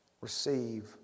receive